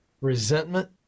resentment